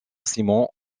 simon